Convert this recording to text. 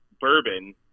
bourbon